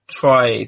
try